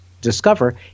discover